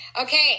Okay